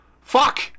fuck